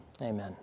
amen